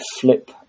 flip